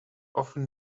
often